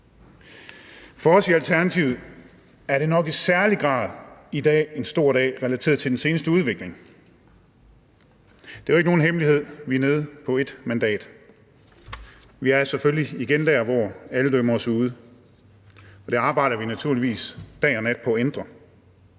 For os i Alternativet er det nok i særlig grad en stor dag i dag relateret til den seneste udvikling. Det er jo ikke nogen hemmelighed, at vi er nede på et mandat. Vi er selvfølgelig igen der, hvor alle dømmer os ude. Det arbejder vi naturligvis dag og nat på at ændre.